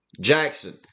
Jackson